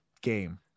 game